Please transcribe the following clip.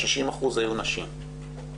60% היו נשים,